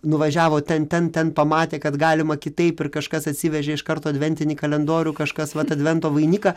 nuvažiavo ten ten ten pamatė kad galima kitaip ir kažkas atsivežė iš karto adventinį kalendorių kažkas vat advento vainiką